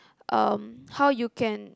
um how you can